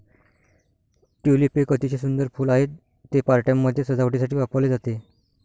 tulip एक अतिशय सुंदर फूल आहे, ते पार्ट्यांमध्ये सजावटीसाठी वापरले जाते